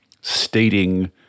stating